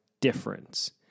difference